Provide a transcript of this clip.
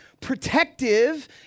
protective